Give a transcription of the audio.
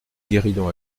guéridon